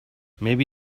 maybe